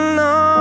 no